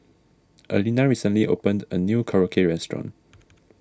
Allena recently opened a new Korokke restaurant